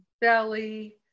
belly